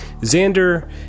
Xander